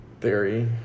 theory